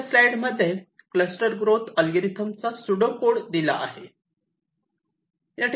वरच्या स्लाईड मध्ये cluster growth अल्गोरिदमचा सुडो कोड दिला आहे